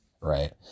Right